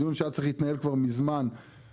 דיון שהיה צריך להתנהל כבר מזמן בראייה